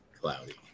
Cloudy